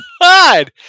God